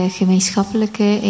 gemeenschappelijke